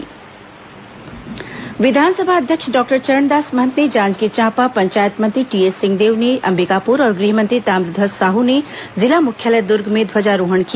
गणतंत्र दिवस जिला मुख्यालय विधानसभा अध्यक्ष डॉक्टर चरणदास महंत ने जांजगीर चाम्पा पंचायत मंत्री टीएस सिंहदेव ने अम्बिकापुर और गृहमंत्री ताम्रध्यज साहू ने जिला मुख्यालय दूर्ग में ध्वजारोहण किया